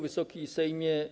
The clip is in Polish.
Wysoki Sejmie!